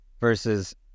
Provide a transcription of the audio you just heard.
versus